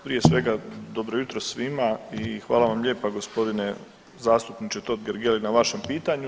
Prije svega dobro jutro svima i hvala vam lijepa gospodine zastupniče Totgergeli na vašem pitanju.